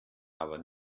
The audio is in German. aber